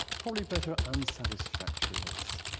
probably better unsatifactoriness.